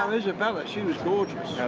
um isabella, she was gorgeous.